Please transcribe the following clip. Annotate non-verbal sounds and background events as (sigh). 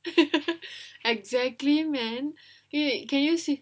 (laughs) exactly man eh can you see